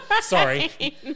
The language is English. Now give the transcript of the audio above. Sorry